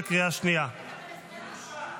תתבייש אתה, שטיחון.